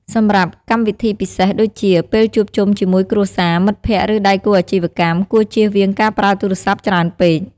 សម្រាប់កម្មវិធីពិសេសដូចជា ពេលជួបជុំជាមួយគ្រួសារ មិត្តភក្តិ ឬដៃគូអាជីវកម្ម គួរជៀសវាងការប្រើទូរស័ព្ទច្រើនពេក។